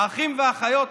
האחים והאחיות,